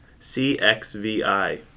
CXVI